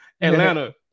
Atlanta